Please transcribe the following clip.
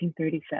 1937